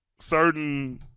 certain